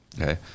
okay